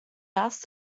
asked